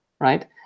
right